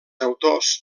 autors